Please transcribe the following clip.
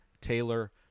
Taylor